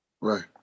Right